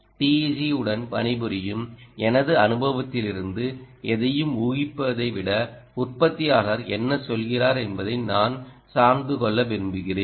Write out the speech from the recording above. TEG உடன் பணிபுரியும் எனது அனுபவத்திலிருந்து எதையும் ஊகிப்பதை விட உற்பத்தியாளர் என்ன சொல்கிறார் என்பதை நான் சார்ந்து கொள்ள விரும்புகிறேன்